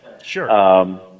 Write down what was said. Sure